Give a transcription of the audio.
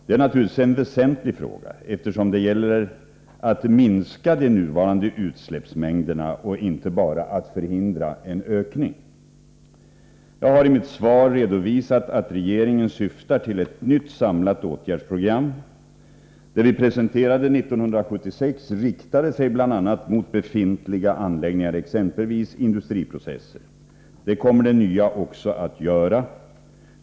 Det är naturligtvis en väsentlig fråga, eftersom det gäller att minska de nuvarande utsläppsmängderna och inte bara att förhindra en ökning. Jag har i mitt svar redovisat att regeringen planerar ett nytt samlat åtgärdsprogram. Det vi presenterade 1976 riktade sig bl.a. mot befintliga anläggningar, exempelvis industriprocesser. Det kommer också det nya att göra.